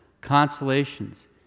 consolations